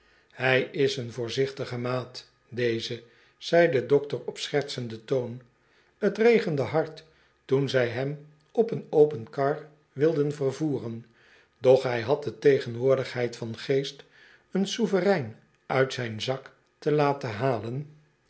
hij is een voorzichtige maat deze zei de dokter op schertsenden toon t regende hard toen zij hem op een open kar wilden vervoeren doch hij had de tegenwoordigheid van geest een souverein uit zijn zak te laten halen